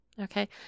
okay